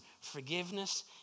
forgiveness